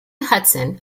hudson